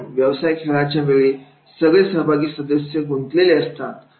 म्हणून व्यवसाय खेळाच्या वेळी सगळे सहभागी सदस्य गुंतलेले असतात